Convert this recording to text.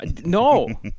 No